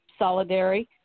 solidary